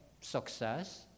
success